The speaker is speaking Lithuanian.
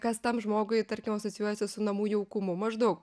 kas tam žmogui tarkim asocijuojasi su namų jaukumu maždaug